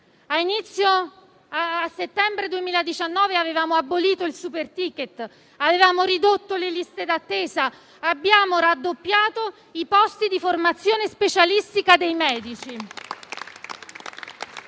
settembre 2019 avevamo abolito il superticket e avevamo ridotto le liste d'attesa; abbiamo poi raddoppiato i posti di formazione specialistica dei medici.